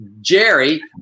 Jerry